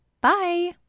Bye